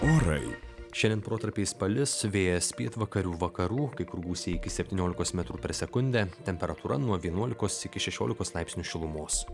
orai šiandien protarpiais palis vėjas pietvakarių vakarų kai kur gūsiai iki septyniolikos metrų per sekundę temperatūra nuo vienuolikos iki šešiolikos laipsnių šilumos